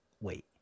Wait